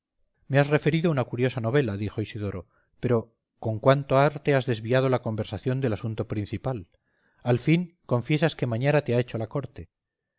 me has referido una curiosa novela dijo isidoro pero con cuánto arte has desviado la conversación del asunto principal al fin confiesas que mañara te ha hecho la corte